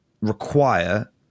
require